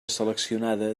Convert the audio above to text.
seleccionada